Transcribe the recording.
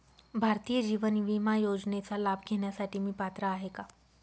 भारतीय जीवन विमा योजनेचा लाभ घेण्यासाठी मी पात्र आहे का?